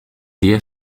día